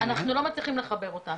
אנחנו לא מצליחים לחבר אותם.